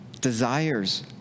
desires